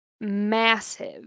massive